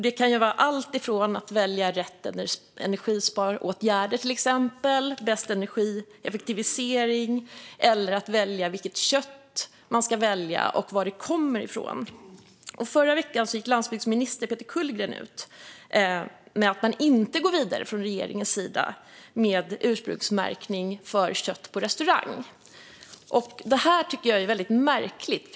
Det kan ju vara alltifrån att välja rätt energisparåtgärder eller bäst energieffektivisering till att välja vilket kött man vill ha och var det kommer ifrån. I förra veckan gick landsbygdsminister Peter Kullgren ut med att regeringen inte går vidare med ursprungsmärkning för kött på restaurang. Detta tycker jag är väldigt märkligt.